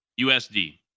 USD